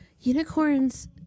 Unicorns